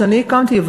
כשאני הקמתי אותה,